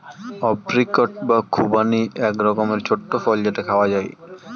apricot বা খুবানি এক রকমের ছোট্ট ফল যেটা খাওয়া হয়